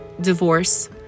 Divorce